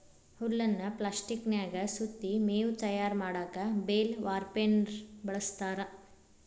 ಹುಲ್ಲನ್ನ ಪ್ಲಾಸ್ಟಿಕನ್ಯಾಗ ಸುತ್ತಿ ಮೇವು ತಯಾರ್ ಮಾಡಕ್ ಬೇಲ್ ವಾರ್ಪೆರ್ನ ಬಳಸ್ತಾರ